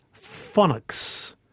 phonics